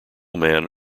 man